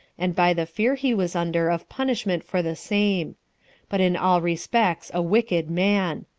and by the fear he was under of punishment for the same but in all respects a wicked man.